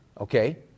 okay